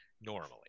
normally